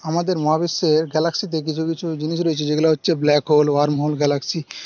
আমাদের মহাবিশ্বের গ্যালাক্সিতে কিছু কিছু জিনিস রয়েছে যেগুলো হচ্ছে black hole wormhole Galaxy